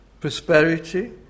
prosperity